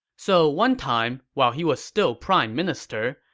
so one time, while he was still prime minister,